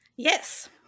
Yes